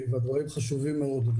והדברים חשובים מאוד.